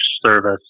service